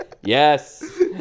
Yes